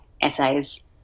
essays